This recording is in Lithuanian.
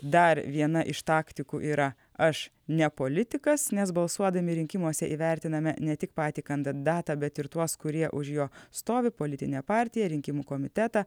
dar viena iš taktikų yra aš ne politikas nes balsuodami rinkimuose įvertiname ne tik patį kandidatą bet ir tuos kurie už jo stovi politinę partiją rinkimų komitetą